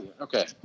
Okay